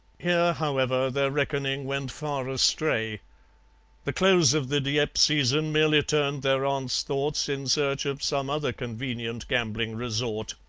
here, however, their reckoning went far astray the close of the dieppe season merely turned their aunt's thoughts in search of some other convenient gambling resort.